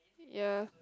ya